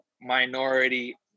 minority